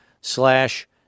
slash